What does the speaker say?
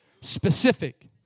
specific